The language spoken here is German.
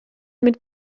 mit